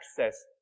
access